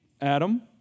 Adam